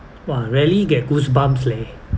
!wah! rarely get goosebumps leh